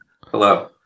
hello